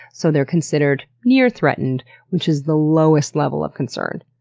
so they're considered near threatened which is the lowest level of concern.